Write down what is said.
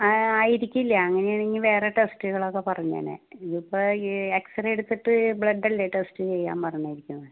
ആ ആയിരിക്കില്ല്യാ അങ്ങനെയാണെങ്കിൽ വേറെ ടെസ്റ്റുകളൊക്കെ പറഞ്ഞേനേ ഇതിപ്പം എക്സ്റേ എടുത്തിട്ട് ബ്ലഡ്ഡല്ലേ ടെസ്റ്റ് ചെയ്യാൻ പറഞ്ഞിരിക്കുന്നത്